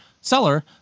seller